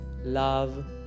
love